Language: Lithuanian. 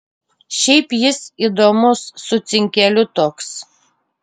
šiaip jis įdomus su cinkeliu toks